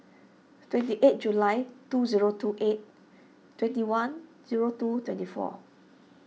twenty eight July two zero two eight twenty one zero two twenty four